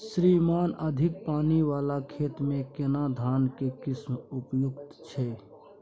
श्रीमान अधिक पानी वाला खेत में केना धान के किस्म उपयुक्त छैय?